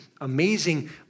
amazing